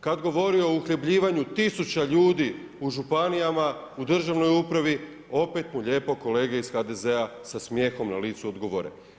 Kad govori o uhljebljivanju tisuća ljudi u županijama, u državnoj upravi opet mu lijepo kolege iz HDZ-a sa smijehom na licu odgovore.